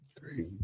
crazy